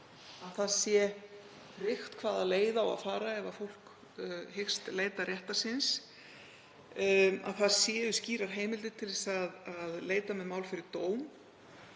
að tryggt sé hvaða leið á að fara ef fólk hyggst leita réttar síns, að það séu skýrar heimildir til að leita með mál fyrir dóm.